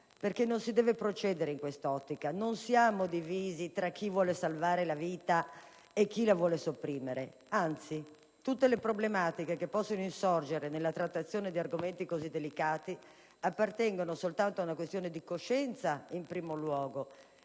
perché non si deve procedere in quest'ottica: non siamo divisi tra chi vuole salvare la vita e chi la vuole sopprimere, anzi; tutte le problematiche che possono insorgere nella trattazione di argomenti così delicati appartengono soltanto ad una questione di coscienza, in primo luogo,